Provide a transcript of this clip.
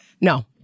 No